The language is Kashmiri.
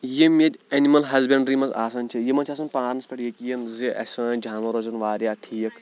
یِم ییٚتہِ اٮ۪نمٕل ہَسبنڈرٛی منٛز آسان چھِ یِمَن چھِ آسان پانَس پٮ۪ٹھ یقیٖن زِ سٲنۍ جانوَر روزن واریاہ ٹھیٖک